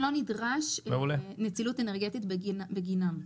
לא נדרשת נצילות אנרגטית בגינם.